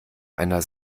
einer